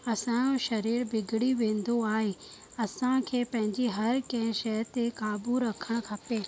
असांजो शरीरु बिगड़ी वेंदो आहे असांखे पंहिंजी हर कंहिं शइ ते काबू रखणु खपे